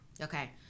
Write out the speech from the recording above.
Okay